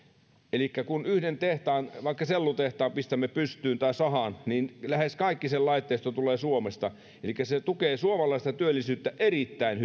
elikkä kun yhden tehtaan vaikka sellutehtaan pistämme pystyyn tai sahan niin lähes kaikki sen laitteisto tulee suomesta elikkä koska se tukee suomalaista työllisyyttä erittäin